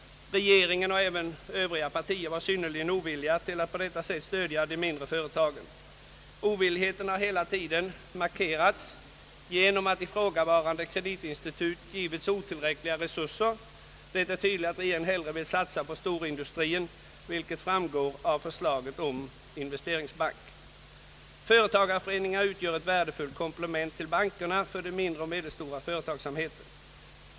Regeringen — och även övriga partier — var synnerligen ovillig till att på detta sätt stödja de mindre företagen. Ovilligheten har hela tiden markerats genom att ifrågavarande kreditinstitut givits otillräckliga resurser. Det är tydligt att regeringen hellre vill satsa på storindustrin, vilket framgår av förslaget om investeringsbank. Företagarföreningarna utgör ett värdefulit komplement till bankerna för den mindre och medelstora företagsamheten.